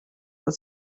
als